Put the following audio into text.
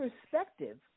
perspective